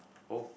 oh